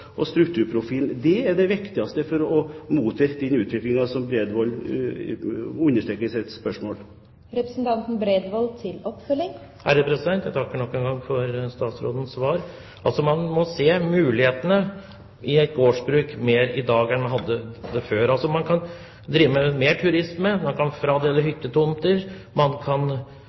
og strukturprofilen. Det er det viktigste for å motvirke den utviklingen som Bredvold understreker i sitt spørsmål. Jeg takker nok en gang for statsrådens svar. Man må se mulighetene i et gårdsbruk mer i dag enn man gjorde før. Man kan drive med mer turisme, man kan fradele hyttetomter, og man kan